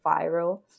viral